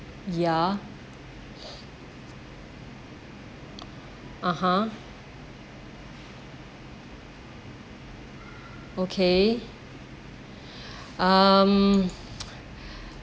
ya (uh huh) okay um